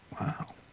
Wow